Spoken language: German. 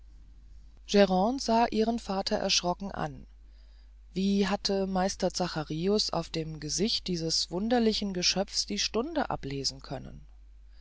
sah ihren vater erschrocken an wie hatte meister zacharius auf dem gesicht dieses wunderlichen geschöpfs die stunde ablesen können